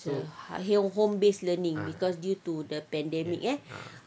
home based learning because due to the pandemic eh